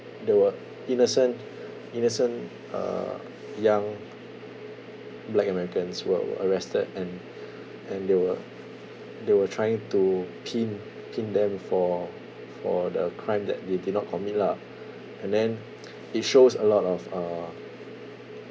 they were innocent innocent uh young black americans were were arrested and and they were they were trying to pin pin them for for the crime that they did not commit lah and then it shows a lot of uh